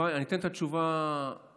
אני אתן את התשובה הפשוטה,